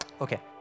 Okay